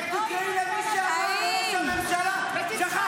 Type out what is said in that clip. איך תקראי למי שאמר לראש הממשלה: שכחת איך זה